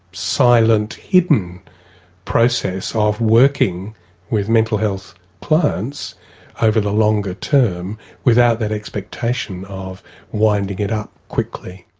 silent, hidden process of working with mental health clients over the longer term without that expectation of winding it up quickly.